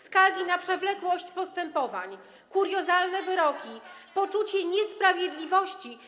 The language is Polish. Skargi na przewlekłość postępowań, kuriozalne wyroki, poczucie niesprawiedliwości.